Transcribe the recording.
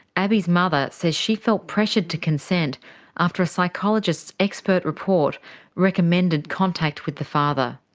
abbey's mother says she felt pressured to consent after a psychologist's expert report recommended contact with the father.